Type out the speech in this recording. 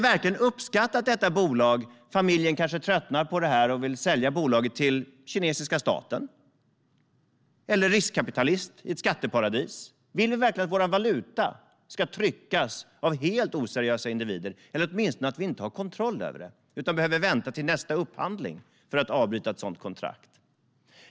Vad händer om familjen tröttnar och vill sälja bolaget till kinesiska staten eller till en riskkapitalist i ett skatteparadis? Skulle vi verkligen uppskatta det? Vill vi verkligen att vår valuta ska tryckas av oseriösa individer eller att vi åtminstone inte har kontroll över det utan måste vänta till nästa upphandling för att avbryta ett sådant kontrakt?